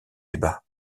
débat